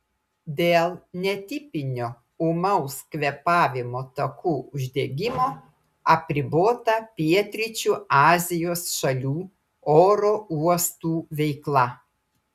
dėl netipinio ūmaus kvėpavimo takų uždegimo apribota pietryčių azijos šalių oro uostų veikla